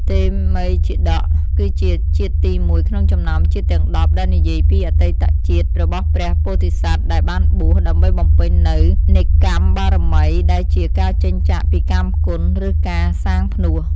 តេមិយជាតក គឺជាជាតិទីមួយក្នុងចំណោមជាតិទាំង ១០ ដែលនិយាយពីអតីតជាតិរបស់ព្រះពោធិសត្វដែលបានបួស ដើម្បីបំពេញនូវ នេក្ខម្មបារមី ដែលជា ការចេញចាកពីកាមគុណ ឬការសាងផ្នួស។